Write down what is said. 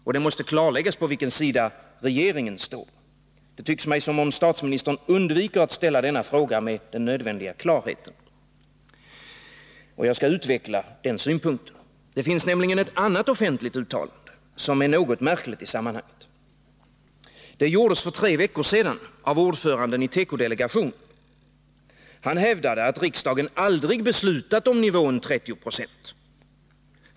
Och det måste klarläggas på vilken sida regeringen står. Det tycks mig som om statsministern undviker att ställa denna fråga med den nödvändiga klarheten. Jag skall utveckla den synpunkten. Det finns nämligen ett annat offentligt uttalande, som är något märkligt i sammanhanget. Det gjordes för tre veckor sedan av ordföranden i tekodelegationen. Han hävdade att riksdagen aldrig beslutat om nivån 30 96.